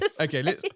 Okay